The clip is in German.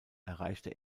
erreichte